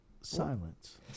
Silence